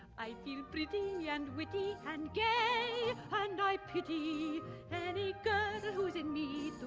i feel pretty yeah and witty and gay and i pity any girl who isn't me